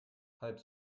halb